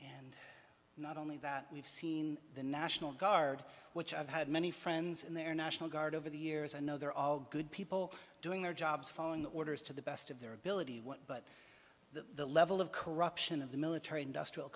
yet not only that we've seen the national guard which i've had many friends in their national guard over the years i know they're all good people doing their jobs following orders to the best of their ability what but the level of corruption of the military industrial